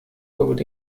food